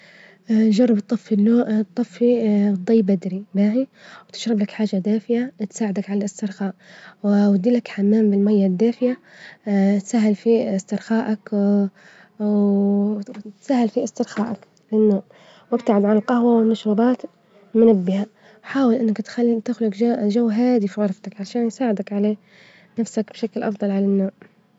نجرب تطفي- تطفي الظي بدري معي، وتشرب لك حاجة دافية تساعدك على الاسترخاء، وأود لك حمام بالميه الدافية تسهل في استرخاءك وتسهل في استرخاءك للنوم، وابتعد عن الجهوة والمشروبات المنبهة، وحأول إنك تخلي-تخلج جوهاااادي في غرفتك، عشان يساعدك على نفسك بشكل أفظل على النوم.